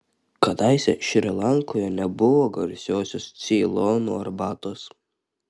kadaise šri lankoje nebuvo garsiosios ceilono arbatos